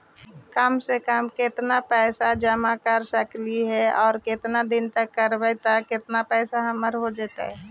कम से कम केतना पैसा निबेस कर सकली हे और केतना दिन तक करबै तब केतना पैसा हमर हो जइतै?